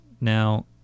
Now